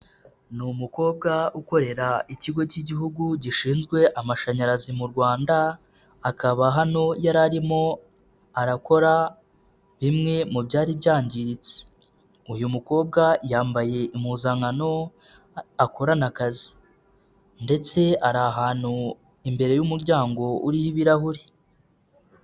Ni umukobwa ukorera ikigo k'Igihugu gishinzwe amashanyarazi mu Rwanda akaba hano yari arimo arakora bimwe mu byari byangiritse, uyu mukobwa yambaye impuzankano akorana akazi ndetse ari ahantu imbere y'umuryango uriho ibirahuri.